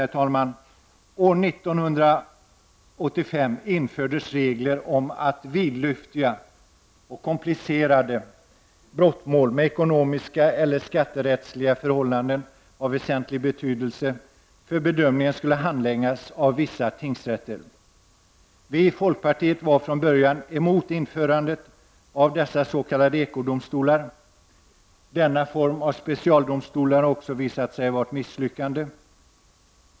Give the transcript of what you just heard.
År 1985 infördes regler om att vidlyftiga och komplicerade brottmål med ekonomiska eller skatterättsliga förhållanden av väsentlig betydelse för bedömningen skulle handläggas av vissa tingsrätter. Vi i folkpartiet var från början emot införandet av sådana s.k. ekodomstolar. Denna form av specialdomstol har också visat sig vara ett misslyckande.